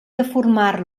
deformar